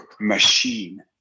machine